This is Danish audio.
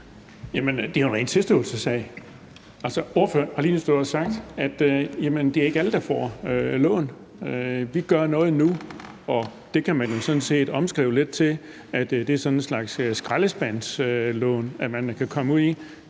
det er jo en ren tilståelsessag. Altså, ordføreren har lige stået og sagt, at det ikke er alle, der får lån. Man siger, at man gør noget nu, og det kan man jo sådan set omskrive lidt til, at det er sådan en slags skraldespandslån, som man kan komme ud i.